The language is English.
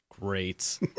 Great